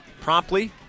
Promptly